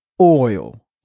Oil